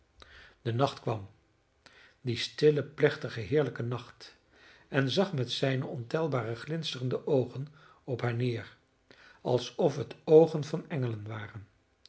de nacht kwam die stille plechtige heerlijke nacht en zag met zijne ontelbare glinsterende oogen op haar neer alsof het oogen van engelen waren